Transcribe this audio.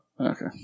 Okay